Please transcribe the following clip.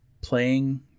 playing